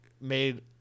made